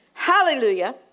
Hallelujah